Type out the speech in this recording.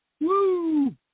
Woo